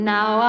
Now